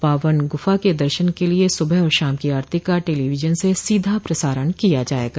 पावन गुफा के दर्शन के लिए सुबह और शाम की आरती का टेलीविजन से सीधा प्रसारण किया जाएगा